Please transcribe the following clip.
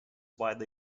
widely